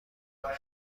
میکنه